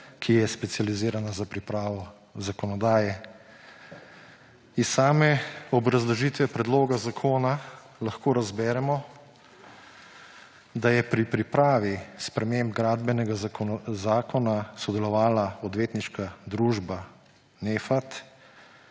ki je specializirana za pripravo zakonodaje. Iz same obrazložitve predloga zakona lahko razberemo, da je pri pripravi sprememb Gradbenega zakona sodelovala odvetniška družba